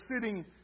sitting